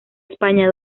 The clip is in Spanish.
españa